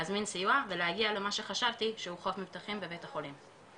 להזמין סיוע ולהגיע למה שחשבתי שהוא חוף מבטחים בבית החולים.